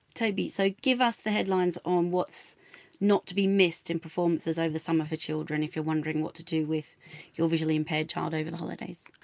toby, so give us the headlines on what's not to be missed in performances over the summer for children if you're wondering what to do with your visually-impaired child over the holidays?